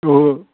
ओहो